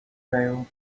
rail